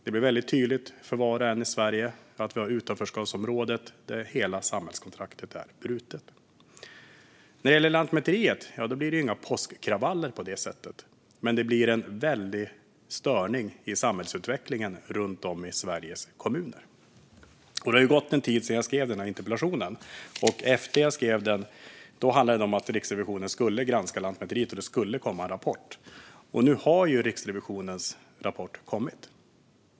Det blir tydligt för var och en i Sverige att vi har utanförskapsområden där hela samhällskontraktet är brutet. När det gäller Lantmäteriet blir det inga påskkravaller, men det blir en väldig störning i samhällsutvecklingen runt om i Sveriges kommuner. Det har gått en tid sedan jag skrev den här interpellationen. När jag skrev den handlade den om att Riksrevisionen skulle granska Lantmäteriet och det skulle komma en rapport. Nu har Riksrevisionens rapport kommit.